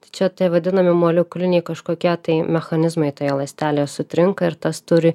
tai čia taip vadinami molekuliniai kažkokie tai mechanizmai toje ląstelėje sutrinka ir tas turi